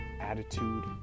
attitude